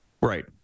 Right